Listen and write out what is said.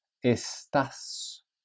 Estás